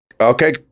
Okay